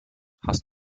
hast